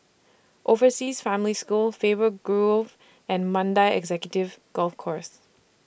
Overseas Family School Faber Grove and Mandai Executive Golf Course